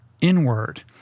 inward